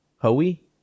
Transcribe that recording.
Howie